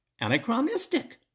anachronistic